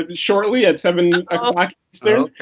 ah shortly. at seven um um like zero.